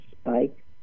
spike